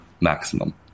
maximum